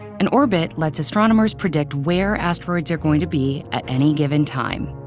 an orbit lets astronomers predict where asteroids are going to be at any given time.